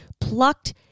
plucked